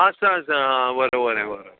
असं असं हां बरं बरं बरं